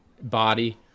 body